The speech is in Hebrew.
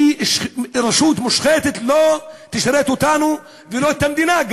כי רשות מושחתת לא תשרת אותנו וגם לא את המדינה.